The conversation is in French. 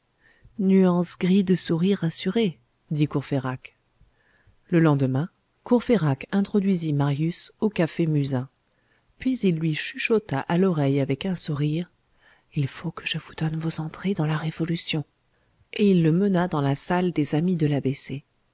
nuance gris de souris rassurée dit courfeyrac le lendemain courfeyrac introduisit marius au café musain puis il lui chuchota à l'oreille avec un sourire il faut que je vous donne vos entrées dans la révolution et il le mena dans la salle des amis de l'a